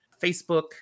facebook